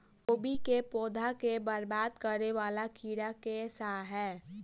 कोबी केँ पौधा केँ बरबाद करे वला कीड़ा केँ सा है?